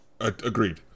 agreed